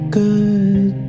good